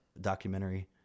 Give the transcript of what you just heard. documentary